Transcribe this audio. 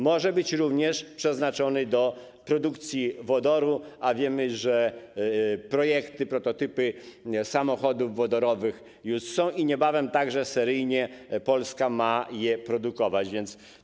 Może być również przeznaczony do produkcji wodoru, a wiemy, że projekty, prototypy samochodów wodorowych już są i niebawem także Polska ma je produkować seryjnie.